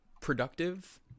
productive